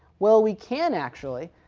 well we can actually,